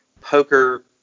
poker